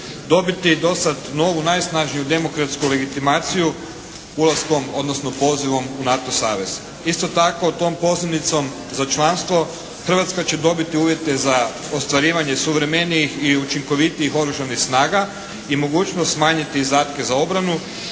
dobiti dosad novu najsnažniju demokratsku legitimaciju ulaskom, odnosno pozivom u NATO savez. Isto tako tom pozivnicom za članstvo Hrvatska će dobiti uvjete za ostvarivanje suvremenijih i učinkovitijih oružanih snaga i mogućnost smanjiti izdatke za obranu,